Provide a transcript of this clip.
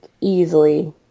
easily